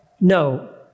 No